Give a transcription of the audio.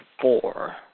four